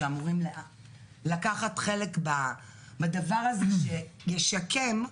שאמורים לקחת חלק בדבר הזה שישקם,